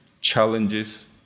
challenges